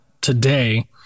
today